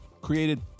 created